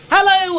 Hello